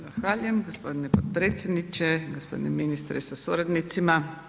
Zahvaljujem gospodine potpredsjedniče, gospodine ministre sa suradnicima.